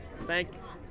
Thanks